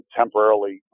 temporarily